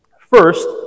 First